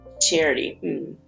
Charity